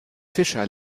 fischer